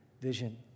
Vision